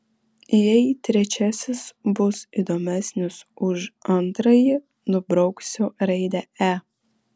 jei trečiasis bus įdomesnis už antrąjį nubrauksiu raidę e